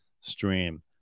stream